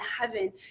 heaven